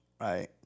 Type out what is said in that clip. right